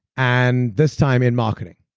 and this time in marketing.